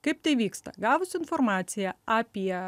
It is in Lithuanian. kaip tai vyksta gavus informaciją apie